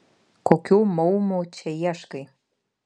kokių maumų čia ieškai